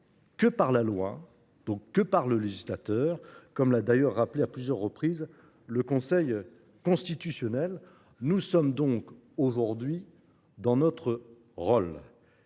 que par la loi, donc par le législateur, comme l’a rappelé, à plusieurs reprises, le Conseil constitutionnel. Nous sommes donc, aujourd’hui, dans notre rôle.